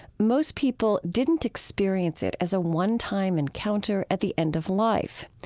most people didn't experience it as a one-time encounter at the end of life.